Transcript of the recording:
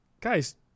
guys